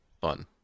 Fun